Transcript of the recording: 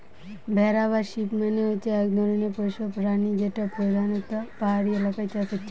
ভেড়া বা শিপ মানে হচ্ছে এক ধরণের পোষ্য প্রাণী যেটা পোধানত পাহাড়ি এলাকায় চাষ হচ্ছে